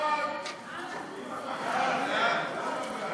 ההצעה להעביר